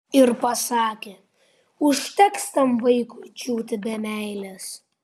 ir pasakė užteks tam vaikiui džiūti be meilės